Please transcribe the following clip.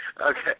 Okay